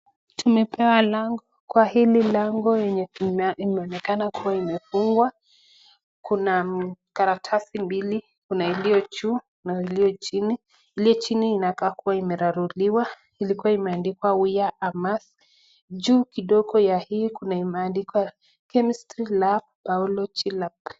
Tumepewa lango, kwa hili lango lenye imeonekana kuwa imefungwa kuna karatasi mbili kuna iliyo juu na iliyo chini. Iliyo chini inakaa kuwa imeraruliwa ilikuwa imeandikwa wear a mask juu kidogo ya hii kuna ingine imeandikwa chemistry lab biology lab .